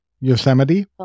Yosemite